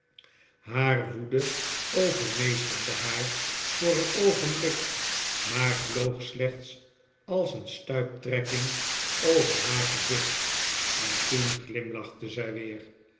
haar woede overmeesterde haar voor een oogenblik maar vloog slechts als een stuiptrekking over haar gezicht en toen glimlachte zij weer